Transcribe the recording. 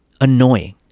annoying